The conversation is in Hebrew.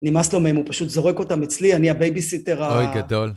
נמאס לו מהם, הוא פשוט זורק אותם אצלי, אני הבייביסיטר ה... אוי, גדול.